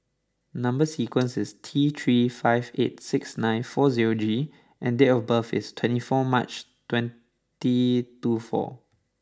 number sequence is T three five eight six nine four zero G and date of birth is twenty four March twenty two four